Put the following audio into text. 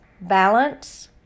Balance